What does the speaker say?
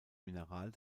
mineral